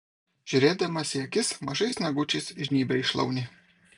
žiūrėdamas į akis mažais nagučiais žnybia į šlaunį